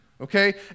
Okay